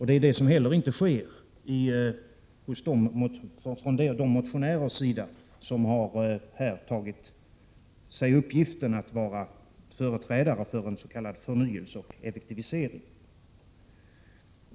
Det är det som inte heller sker från de motionärers sida som här har tagit sig uppgiften att vara företrädare för en s.k. förnyelse och effektivisering.